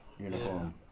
uniform